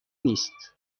نیست